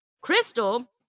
Crystal